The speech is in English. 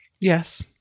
Yes